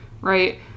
right